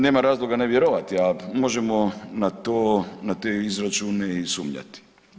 Nema razloga ne vjerovati, a možemo na te izračune i sumnjati.